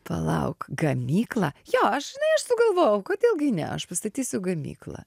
palauk gamyklą jo aš žinai aš sugalvojau kodėl gi ne aš pastatysiu gamyklą